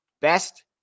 best